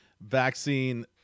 vaccine